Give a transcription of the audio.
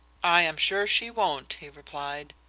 i am sure she won't, he replied.